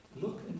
look